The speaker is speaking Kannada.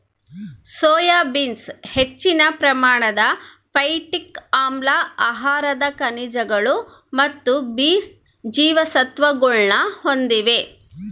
ಸೋಯಾ ಬೀನ್ಸ್ ಹೆಚ್ಚಿನ ಪ್ರಮಾಣದ ಫೈಟಿಕ್ ಆಮ್ಲ ಆಹಾರದ ಖನಿಜಗಳು ಮತ್ತು ಬಿ ಜೀವಸತ್ವಗುಳ್ನ ಹೊಂದಿದೆ